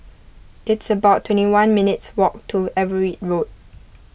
it's about twenty one minutes' walk to Everitt Road